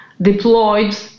deployed